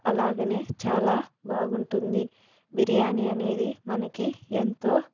అలాగే చాలా బాగుంటుంది బిర్యానీ అనేది మనకి ఎంతో